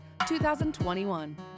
2021